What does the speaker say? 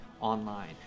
Online